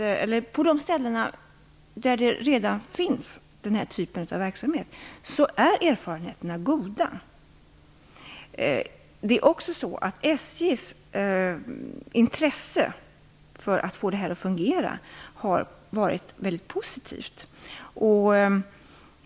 På de ställen där den här typen av verksamhet redan finns är erfarenheterna goda. SJ:s intresse för att få detta att fungera har också varit väldigt positivt.